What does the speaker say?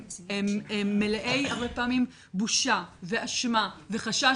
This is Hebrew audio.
הם הרבה פעמים מלאי בושה ואשמה וחשש,